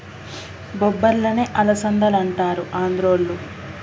బొబ్బర్లనే అలసందలంటారు ఆంద్రోళ్ళు